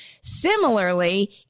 Similarly